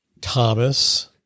Thomas